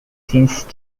since